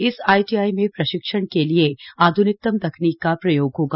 इस आईटीआई में प्रशिक्षण के लिए आध्निकतम तकनीक का प्रयोग होगा